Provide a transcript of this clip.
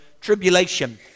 tribulation